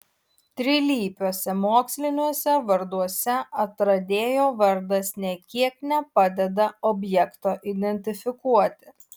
trilypiuose moksliniuose varduose atradėjo vardas nė kiek nepadeda objekto identifikuoti